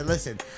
Listen